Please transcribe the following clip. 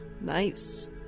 Nice